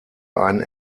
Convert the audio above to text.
einen